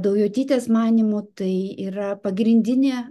daujotytės manymu tai yra pagrindinė